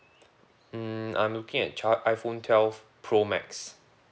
mm I'm looking at twelve iphone twelve pro max